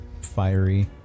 fiery